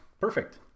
Perfect